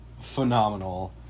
phenomenal